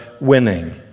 winning